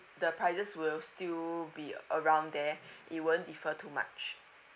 the prices will still be around there it won't differ too much